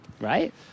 right